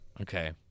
Okay